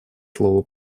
слово